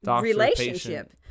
relationship